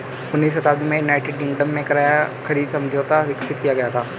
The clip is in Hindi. उन्नीसवीं शताब्दी में यूनाइटेड किंगडम में किराया खरीद समझौता विकसित किया गया था